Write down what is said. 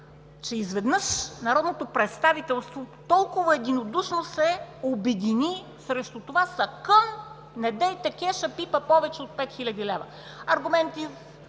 че изведнъж народното представителство толкова единодушно се обедини срещу това – сакън, недейте пипа кеша повече от 5000 лв.! Аргументи